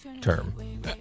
term